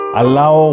allow